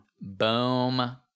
Boom